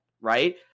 right